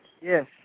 Yes